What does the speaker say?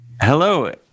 hello